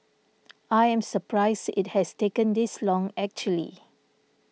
I am surprised it has taken this long actually